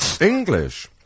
English